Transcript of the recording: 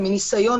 ומניסיון,